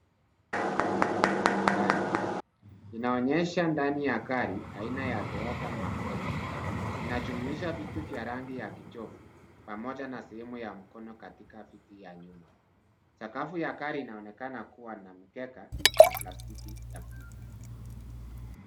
Kwa gari, inaonyesha ndani ya gari aina ya Toyota Mark X. Inajumlisha viti vya rangi ya kijivu, pamoja na sehemu ya mkono ya viti vya nyuma. Sakafu ya gari inaonekana kuwa na mkeka ya plastiki ya buluu.